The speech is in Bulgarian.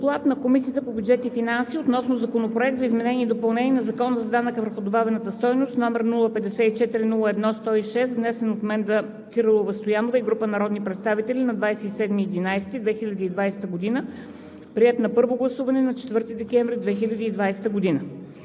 „Доклад на Комисията по бюджет и финанси относно Законопроект за изменение и допълнение на Закона за данъка върху добавената стойност, № 054-01-106, внесен от Менда Кирилова Стоянова и група народни представители на 27 ноември 2020 г., приет на първо гласуване на 4 декември 2020 г.